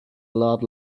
lot